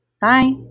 Bye